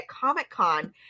Comic-Con